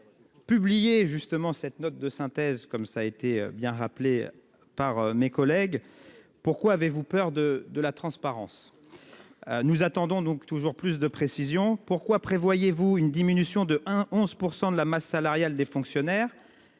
Publié justement cette note de synthèse comme ça a été bien rappelé par mes collègues. Pourquoi avez-vous peur de de la transparence. Nous attendons donc toujours plus de précisions. Pourquoi. Prévoyez-vous une diminution de 1 11 % de la masse salariale des fonctionnaires.